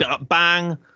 bang